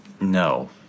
No